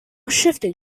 shifting